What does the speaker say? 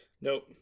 Nope